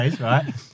right